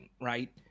right